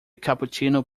cappuccino